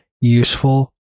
useful